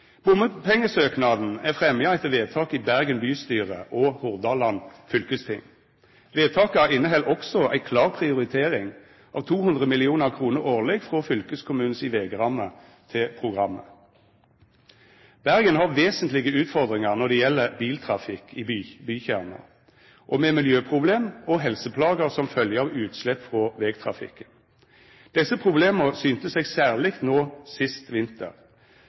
området. Bompengesøknaden er fremja etter vedtak i Bergen bystyre og Hordaland fylkesting. Vedtaka inneheld også ei klar prioritering av 200 mill. kr årleg frå fylkeskommunen si vegramme til programmet. Bergen har vesentlege utfordringar når det gjeld biltrafikk i bykjernen, og med miljøproblem og helseplager som følgje av utslepp frå vegtrafikken. Desse problema synte seg særleg no sist vinter.